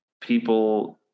People